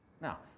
Now